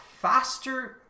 faster